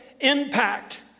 impact